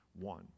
One